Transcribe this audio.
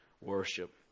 worship